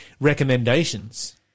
recommendations